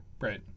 Right